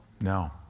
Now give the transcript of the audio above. No